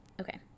okay